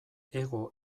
hego